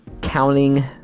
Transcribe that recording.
counting